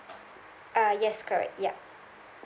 uh yes correct ya